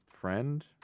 friend